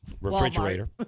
refrigerator